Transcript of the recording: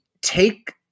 take